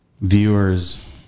viewers